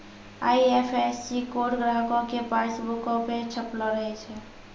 IFSC code ग्राहको के पासबुको पे छपलो रहै छै